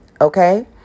Okay